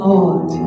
Lord